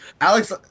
Alex